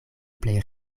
plej